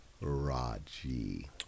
Raji